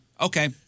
okay